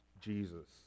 Jesus